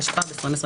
התשפ"ב 2022